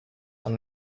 are